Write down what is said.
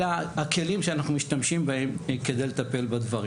אלה הכלים שאנחנו משתמשים בהם כדי לטפל בדברים.